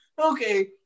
Okay